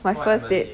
my first date